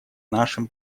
нашем